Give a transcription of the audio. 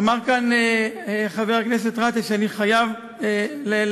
אמר כאן חבר הכנסת גטאס, אני חייב להשיב.